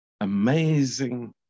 amazing